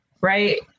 right